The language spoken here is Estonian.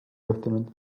juhtunud